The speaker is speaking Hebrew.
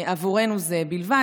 עבורנו זה בלבד,